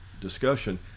discussion